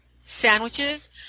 sandwiches